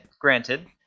granted